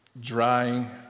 dry